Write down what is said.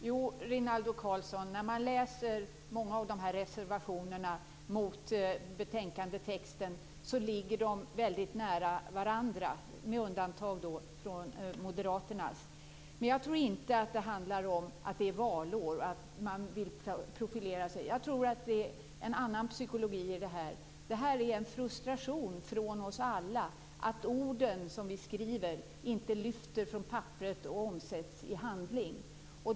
Herr talman! Rinaldo Karlsson! Läser man reservationerna mot texten i betänkandet ser man att de ligger väldigt nära varandra, med undantag för moderaternas reservationer. Jag tror inte att det handlar om att det är valår och om att man vill profilera sig. Jag tror att det ligger en annan psykologi i detta. Det här är en frustration från oss alla över att orden som vi skriver inte lyfter från papperet och omsätts i handling.